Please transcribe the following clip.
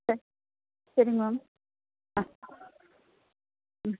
சரி மேம் ஆ ம்